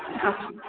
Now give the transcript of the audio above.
আচ্ছা